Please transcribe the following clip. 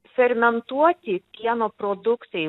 fermentuoti pieno produktai